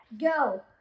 go